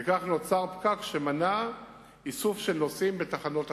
וכך נוצר פקק שמנע איסוף של נוסעים בתחנות אחרות.